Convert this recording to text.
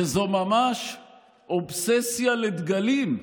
שזו ממש אובססיה לדגלים.